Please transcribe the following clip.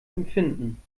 empfinden